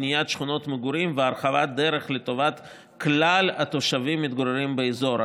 בניית שכונות מגורים והרחבת דרך לטובת כלל התושבים המתגוררים באזור.